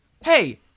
Hey